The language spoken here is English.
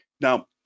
Now